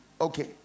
Okay